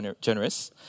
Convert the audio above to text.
generous